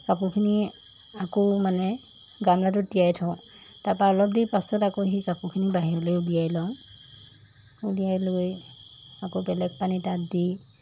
কাপোৰখিনি আকৌ মানে গামলাটোত তিয়াই থওঁ তাৰপা অলপ দেৰি পাছত আকৌ সেই কাপোৰখিনি বাহিৰলৈ উলিয়াই লওঁ উলিয়াই লৈ আকৌ বেলেগ পানী তাত দি